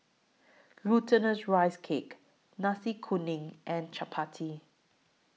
Glutinous Rice Cake Nasi Kuning and Chappati